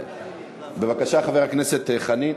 בבקשה, חבר הכנסת חנין.